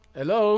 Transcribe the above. Hello